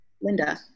Linda